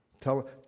Tell